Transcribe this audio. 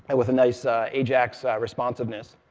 and with a nice ah ajax responsiveness.